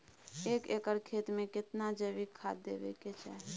एक एकर खेत मे केतना जैविक खाद देबै के चाही?